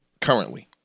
currently